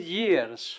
years